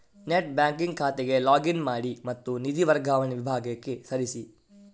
net banking ಖಾತೆಗೆ log in ಮಾಡಿ ಮತ್ತು ನಿಧಿ ವರ್ಗಾವಣೆ ವಿಭಾಗಕ್ಕೆ ಸರಿಸಿ